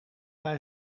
bij